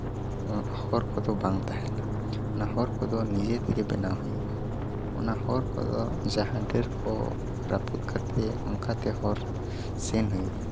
ᱦᱚᱨ ᱠᱚᱫᱚ ᱵᱟᱝ ᱛᱟᱦᱮᱱᱟ ᱚᱱᱟ ᱦᱚᱨ ᱠᱚᱫᱚ ᱱᱤᱡᱮ ᱛᱮᱜᱮ ᱵᱮᱱᱟᱣ ᱦᱩᱭᱩᱜᱼᱟ ᱚᱱᱟ ᱦᱚᱨ ᱠᱚᱫᱚ ᱡᱟᱦᱟᱸ ᱰᱟᱹᱨ ᱠᱚ ᱨᱟᱹᱯᱩᱫ ᱠᱟᱛᱮ ᱚᱱᱠᱟᱛᱮ ᱦᱚᱨ ᱥᱮᱱ ᱦᱩᱭᱩᱜᱼᱟ